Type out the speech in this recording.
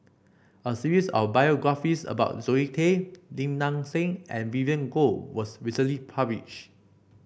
a series of biographies about Zoe Tay Lim Nang Seng and Vivien Goh was recently published